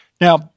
Now